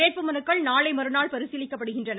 வேட்பு மனுக்கள் நாளைமறுநாள் பரிசீலிக்கப்படுகின்றன